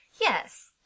Yes